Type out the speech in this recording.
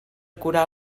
curar